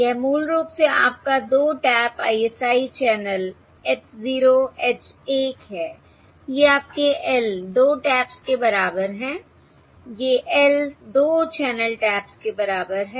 यह मूल रूप से आपका 2 tap ISI channel h 0 h 1 है ये आपके L 2 टैप्स के बराबर हैं ये L 2 चैनल टैप्स के बराबर हैं